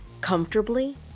comfortably